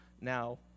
Now